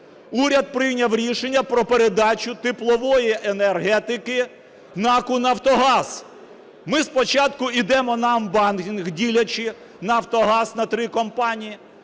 Уряд прийняв рішення про передачу теплової енергетики НАК "Нафтогаз". Ми спочатку йдемо на анбандлінг, ділячи "Нафтогаз" на три компанії,